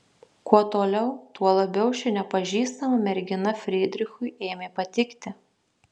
kuo toliau tuo labiau ši nepažįstama mergina frydrichui ėmė patikti